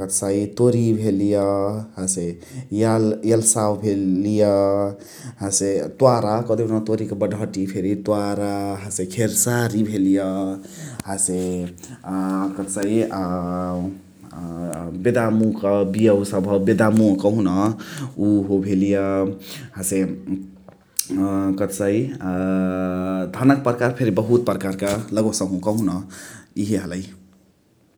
कथसाइ तोरिय भेलिय, हसे याल एल्सावा भेलिय । हसे त्वारा कदेउन तोरिक बडहटी फेरी त्वारा । हसे खेर्सारी भेलिय हसे अ कथसाइ अ बेदामुक बियवा सबह बेदामु कहुन उहो भेलिय । हसे अ कथसाइ धानक पर्कार फेरी बहुत पर्कारक लगोसहु कहुन इहे हलइ ।